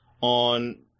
on